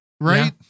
right